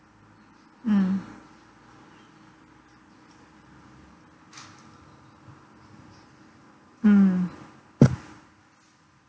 mm mm